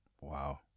Wow